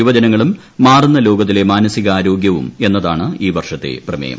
യുവജനങ്ങളും മാറുന്ന ലോകത്തിലെ മാനസികാരോഗൃവും എന്ന താണ് ഈ വർഷത്തെ പ്രമേയം